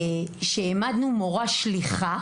שהעמדנו מורה שליחה